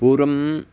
पूर्वम्